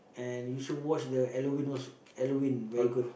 and you should watch the Halloween also Halloween very good